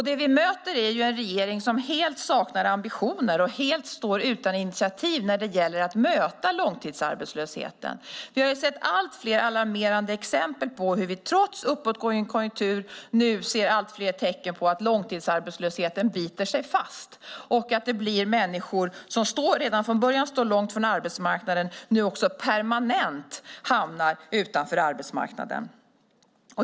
Det vi möter är en regering som helt saknar ambitioner och helt står utan initiativ när det gäller att möta långtidsarbetslösheten. Vi har sett allt fler alarmerande exempel hur vi trots uppåtgående konjunktur nu ser allt fler tecken på att långtidsarbetslösheten biter sig fast och att människor som redan från början står långt från arbetsmarknaden nu permanent hamnar utanför arbetsmarknaden.